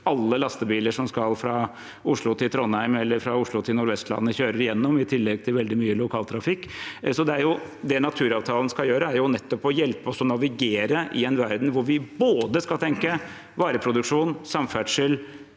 alle lastebiler som skal fra Oslo til Trondheim eller fra Oslo til Nord-Vestlandet, kjører gjennom, i tillegg til veldig mye lokaltrafikk. Det naturavtalen skal gjøre, er nettopp å hjelpe oss med å navigere i en verden hvor vi skal tenke både vareproduksjon, samferdsel,